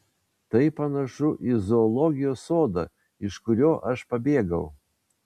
tai panašu į zoologijos sodą iš kurio aš pabėgau